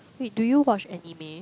wait do you watch anime